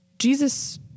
Jesus